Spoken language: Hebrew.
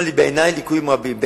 בעיני יש שם ליקויים רבים,